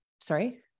sorry